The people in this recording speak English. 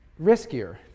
riskier